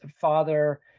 father